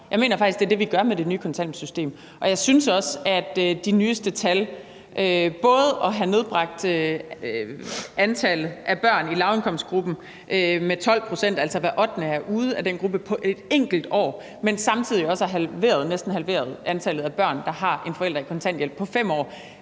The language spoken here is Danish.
Jeg mener faktisk, det er det, vi gør med det nye kontanthjælpssystem, og jeg synes også, at de nyeste tal, der viser, at vi både har nedbragt antallet af børn i lavindkomstgruppen med 12 pct. – altså hver ottende er kommet ud af den gruppe på et enkelt år – men samtidig også næsten har halveret antallet af børn, der har en forælder på kontanthjælp, på 5 år,